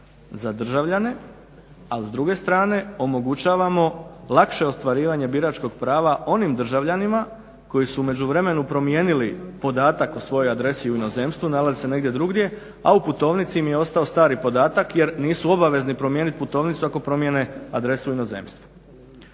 za državljane, a s druge strane omogućavamo lakše ostvarivanje biračkog prava onim državljanima koji su u međuvremenu promijenili podatak o svojoj adresi u inozemstvu i nalaze se negdje drugdje a u putovnici im je ostao stari podatak jer nisu obavezni promijeniti putovnicu ako promijene adresu u inozemstvu.